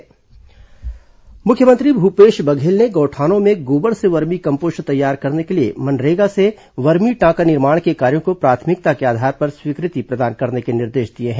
vermi compost मुख्यमंत्री भूपेश बघेल ने गौठानों में गोबर से वर्मी कम्पोस्ट तैयार करने के लिए मनरेगा से वर्मी टांका निर्माण के कार्यो को प्राथमिकता के आधार पर स्वीकृतित प्रदान करने के निर्देश दिए हैं